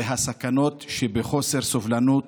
את הסכנות שבחוסר סובלנות